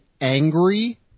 angry